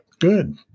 Good